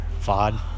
FOD